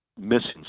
missing